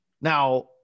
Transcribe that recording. Now